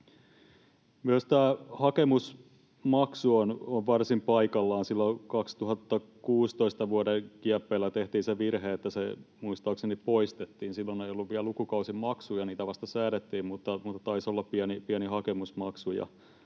Myös tämä hakemusmaksu on varsin paikallaan. Silloin vuoden 2016 kieppeillä tehtiin se virhe, että se muistaakseni poistettiin. Silloin ei ollut vielä lukukausimaksuja, niitä vasta säädettiin, mutta taisi olla pieni hakemusmaksu.